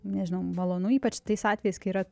nežinau malonu ypač tais atvejais kai yra